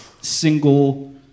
single